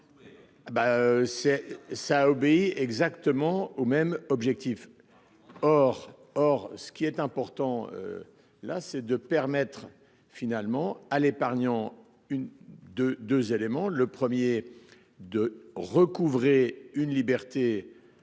ça obéit exactement au même objectif. Or, or ce qui est important. Là c'est de permettre finalement à l'épargnant une de 2 éléments. Le 1er de recouvrer une liberté.